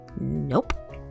Nope